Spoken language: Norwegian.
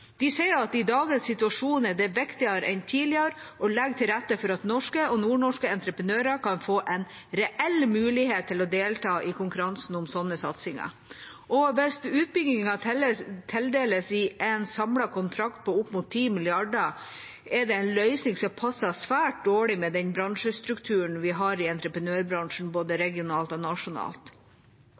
De sier at i dagens situasjon er det viktigere enn tidligere å legge til rette for at norske og nordnorske entreprenører kan få en reell mulighet til å delta i konkurransen om sånne satsinger. Og hvis utbyggingen tildeles i en samlet kontrakt på opp mot 10 mrd. kr, er det en løsning som passer svært dårlig med den bransjestrukturen vi har i entreprenørbransjen, både regionalt og nasjonalt.